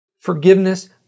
forgiveness